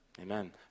Amen